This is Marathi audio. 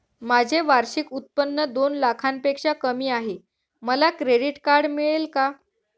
माझे वार्षिक उत्त्पन्न दोन लाखांपेक्षा कमी आहे, मला क्रेडिट कार्ड मिळेल का?